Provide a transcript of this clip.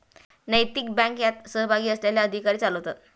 नैतिक बँक यात सहभागी असलेले अधिकारी चालवतात